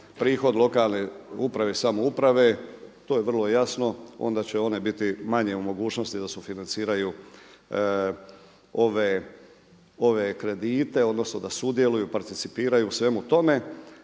prihod lokalne uprave i samouprave, to je vrlo jasno, onda će one biti manje u mogućnosti da sufinanciraju ove kredite, odnosno da sudjeluju, participiraju u svemu tome.